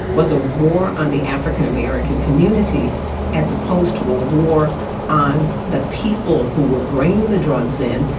was a war on the african american community as opposed to a war on the people who were bringing the drugs in,